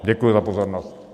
Děkuji za pozornost.